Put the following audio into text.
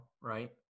right